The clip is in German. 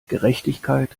gerechtigkeit